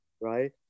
right